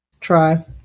try